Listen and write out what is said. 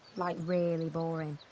like, really boring.